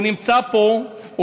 הוא נמצא פה,